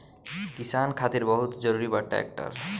किसान खातिर बहुत जरूरी बा ट्रैक्टर